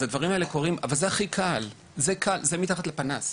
אז זה הכי קל, זה כמו מתחת לפנס.